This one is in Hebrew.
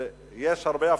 ויש הרבה הבטחות,